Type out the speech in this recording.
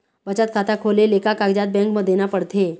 बचत खाता खोले ले का कागजात बैंक म देना पड़थे?